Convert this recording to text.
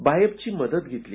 बायफची मदत घेतली